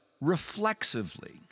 reflexively